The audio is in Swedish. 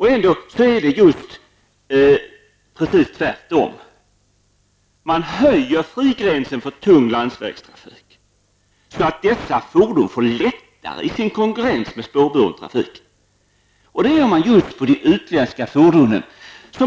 Men det förhåller sig ju precis tvärtom. Man höjer frigränsen för tunga landsvägsfordon, så att dessa fordon får det lättare i konkurrensen med spårburen trafik. Det gäller just de utländska fordonen. När